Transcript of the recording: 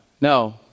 no